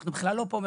אנחנו בכלל לא פה,